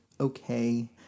okay